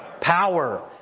Power